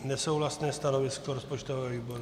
Nesouhlasné stanovisko rozpočtového výboru.